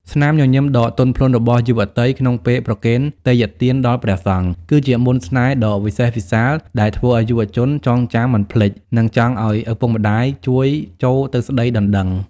ស្នាមញញឹមដ៏ទន់ភ្លន់របស់យុវតីក្នុងពេលប្រគេនទេយ្យទានដល់ព្រះសង្ឃ គឺជាមន្តស្នេហ៍ដ៏វិសេសវិសាល ដែលធ្វើឱ្យយុវជនចងចាំមិនភ្លេច និងចង់ឱ្យឪពុកម្ដាយជួយចូលទៅស្ដីដណ្ដឹង។